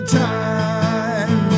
time